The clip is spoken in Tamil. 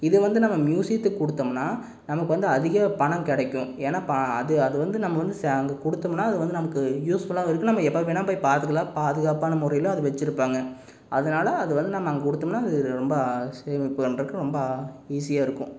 இது வந்து நம்ம மியூசியத்துக்கு கொடுத்தோம்னா நமக்கு வந்து அதிக பணம் கிடைக்கும் ஏன்னா ப அது அது வந்து நம்ம வந்து அங்கே கொடுத்தோம்னா அது வந்து நமக்கு யூஸ் ஃபுல்லாகவும் இருக்கும் நம்ம எப்போ வேணாலும் போய் பார்த்துக்கலாம் பாதுகாப்பான முறையில் அது வச்சிருப்பாங்க அதனால் அதை வந்து நம்ம அங்கே கொடுத்தோம்னா அது ரொம்ப சேமிப்பு பண்றதுக்கு ரொம்ப ஈஸியாக இருக்கும்